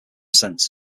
sense